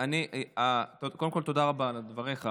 חבר הכנסת מקלב, קודם כול תודה רבה על דבריך.